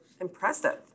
Impressive